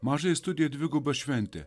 mažajai studijai dviguba šventė